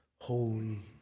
holy